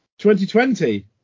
2020